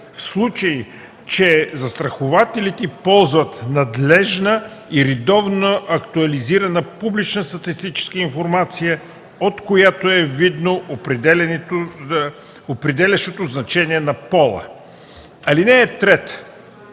в случай че застрахователите ползват надеждна и редовно актуализирана публична статистическа информация, от която е видно определящото значение на пола. (3) Не